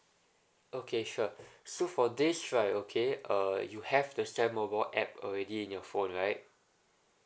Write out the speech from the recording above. okay sure so for this right okay uh you have the S_A_M mobile app already in your phone right